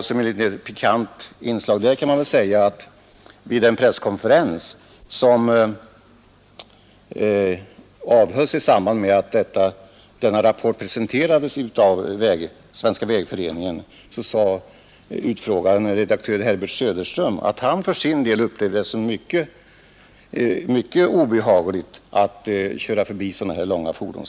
Som ett pikant inslag där kan nämnas att vid den presskonferens som avhölls i samband med att denna rapport presenterades av Svenska vägföreningen utfrågaren, redaktör Herbert Söderström, sade att han för sin del upplevde det som mycket obehagligt att köra förbi sådana långa fordon.